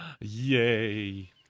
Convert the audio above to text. Yay